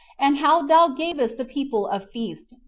and how thou gavest the people a feast,